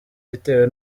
bitewe